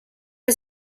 der